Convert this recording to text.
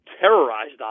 terrorized